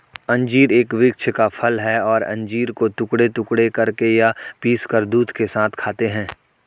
अंजीर एक वृक्ष का फल है और अंजीर को टुकड़े टुकड़े करके या पीसकर दूध के साथ खाते हैं